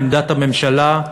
עמדת הממשלה,